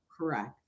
Correct